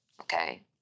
Okay